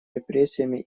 репрессиями